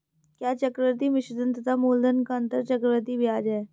क्या चक्रवर्ती मिश्रधन तथा मूलधन का अंतर चक्रवृद्धि ब्याज है?